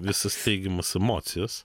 visas teigiamas emocijas